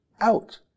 out